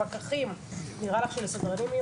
נראה לך שלסדרנים?